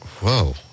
Whoa